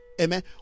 Amen